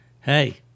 hey